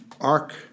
arc